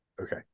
Okay